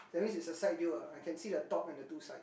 that's mean it's a side deal ah I can see the top and the two side